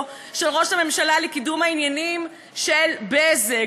של ראש הממשלה לקידום העניינים של "בזק".